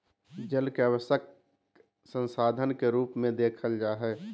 जल के आवश्यक संसाधन के रूप में देखल जा हइ